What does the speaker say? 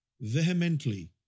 vehemently